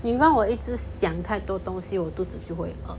你让我一直想太多东西我肚子就会饿